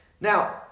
now